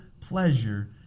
pleasure